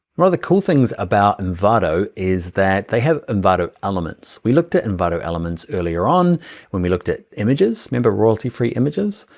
one of the cool things about envato is that they have envato elements. we looked at envato elements earlier on when we looked at images, remember royalty free images?